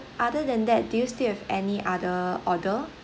other than that do you still have any other order